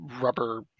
rubber